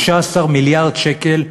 13 מיליארד שקל הבדל.